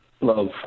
love